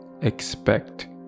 expect